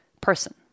person